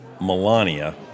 Melania